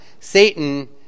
Satan